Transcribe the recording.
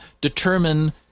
determine